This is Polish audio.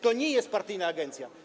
To nie jest partyjna agencja.